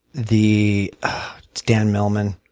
the it's dan millman.